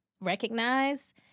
recognize